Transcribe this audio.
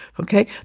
Okay